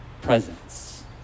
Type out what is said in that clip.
presence